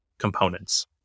components